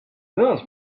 guns